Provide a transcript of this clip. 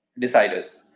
Deciders